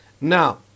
Now